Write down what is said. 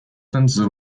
分子